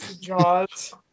jaws